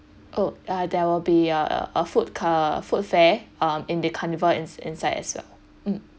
oh uh there will be a a food car~ a food fair um in the carnival ins~ inside as well